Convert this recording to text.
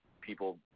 people